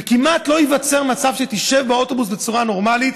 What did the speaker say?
וכמעט לא ייווצר מצב שתשב באוטובוס בצורה נורמלית,